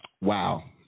Wow